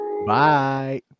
bye